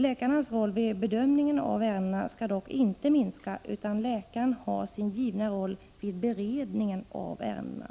Läkarnas roll vid bedömningen av ärendena skall dock inte minska; läkaren har sin givna roll i beredningen av ärendena.